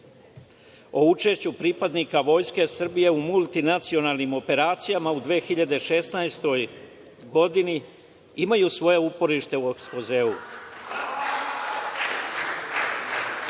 o učešću pripadnika Vojske Srbije u multinacionalnim operacijama u 2016. godini, imaju svoje uporište u ekspozeu.(Narodni